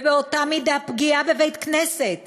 ובאותה מידה, פגיעה בבית-כנסת